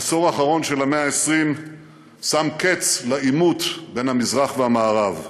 העשור האחרון של המאה ה-20 שם קץ לעימות בין המזרח למערב.